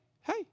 hey